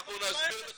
--- אנחנו נסביר לך.